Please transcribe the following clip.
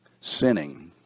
sinning